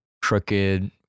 Crooked